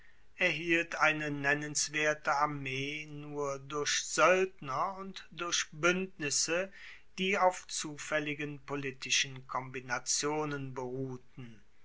erhielt eine nennenswerte armee nur durch soeldner und durch buendnisse die auf zufaelligen politischen kombinationen beruhten